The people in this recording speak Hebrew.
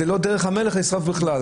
זו לא דרך המלך לשרוף בכלל.